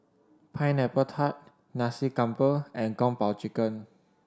Pineapple Tart Nasi Campur and Kung Po Chicken